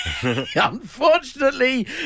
unfortunately